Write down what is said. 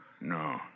no